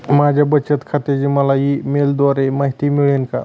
माझ्या बचत खात्याची मला ई मेलद्वारे माहिती मिळेल का?